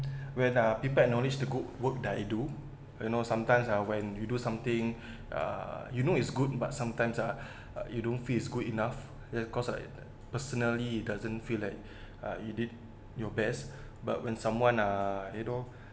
when uh people acknowledge the good work that I do you know sometimes uh when you do something uh you know it's good but sometimes uh you don't feel is good enough then cause I personally doesn't feel like you did your best but when someone uh you know